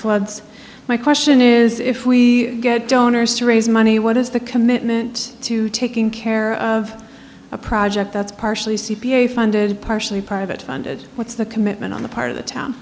floods my question is if we get donors to raise money what is the commitment to taking care of a project that's partially c p a funded partially private and what's the commitment on the part of the town